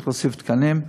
צריך להוסיף תקנים.